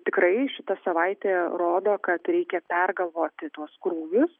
tikrai šita savaitė rodo kad reikia pergalvoti tuos krūvius